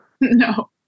No